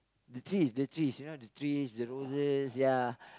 the trees the trees you know the trees the roses ya